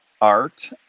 art